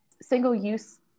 single-use